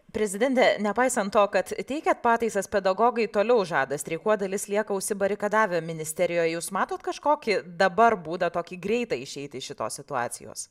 prezidente nepaisant to kad teikiat pataisas pedagogai toliau žada streikuot dalis lieka užsibarikadavę ministerijoje jūs matote kažkokį dabar būdą tokį greitą išeitį iš šitos situacijos